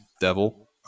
devil